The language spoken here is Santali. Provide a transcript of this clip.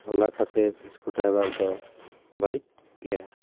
ᱚᱱᱟ ᱠᱷᱟᱹᱛᱤᱨ ᱤᱥᱠᱩ ᱰᱨᱟᱭᱵᱷᱟᱨ ᱫᱚ ᱵᱟᱹᱲᱤᱡ ᱜᱮᱭᱟ